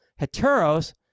heteros